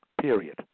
period